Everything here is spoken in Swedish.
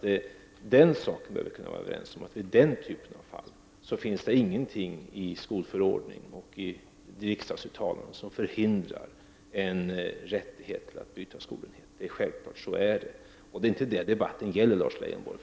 Vi bör alltså kunna vara överens om att det vid den typen av fall inte finns någonting i skolförordningen och i riksdagsuttalanden som hindrar någon från att utnyttja rättigheten att byta skolenhet. Så är det självfallet. Och det är inte detta som debatten gäller, Lars Leijonborg.